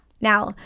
now